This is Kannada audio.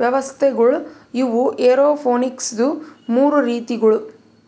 ವ್ಯವಸ್ಥೆಗೊಳ್ ಇವು ಏರೋಪೋನಿಕ್ಸದು ಮೂರು ರೀತಿಗೊಳ್